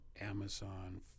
Amazon